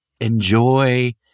Enjoy